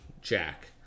Jack